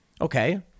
Okay